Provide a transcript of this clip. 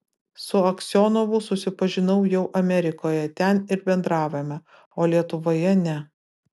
su aksionovu susipažinau jau amerikoje ten ir bendravome o lietuvoje ne